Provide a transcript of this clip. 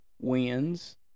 wins